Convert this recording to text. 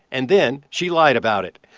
and then she lied about it.